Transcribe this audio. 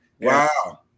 Wow